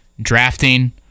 drafting